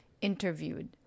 interviewed